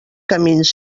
camins